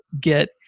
get